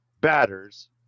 batters